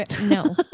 No